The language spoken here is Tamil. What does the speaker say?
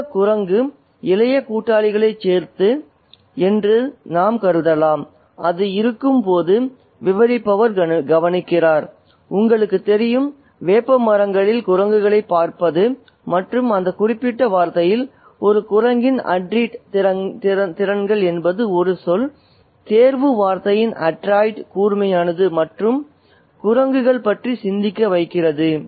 இந்த குரங்கு இளைய கூட்டாளிகளைச் சேர்ந்தது என்று நாம் கருதலாம் அது இருக்கும் போது விவரிப்பவர் கவனிக்கிறார் உங்களுக்குத் தெரியும் வேப்பமரங்களில் குரங்குகளைப் பார்ப்பது மற்றும் அந்த குறிப்பிட்ட வார்த்தையில் "ஒரு குரங்கின் அட்ரிட் திறன்கள்" என்பது ஒரு சொல் தேர்வு வார்த்தையின் அட்ராய்ட் கூர்மையானது மற்ற குரங்குகளைப் பற்றி சிந்திக்க வைக்கிறது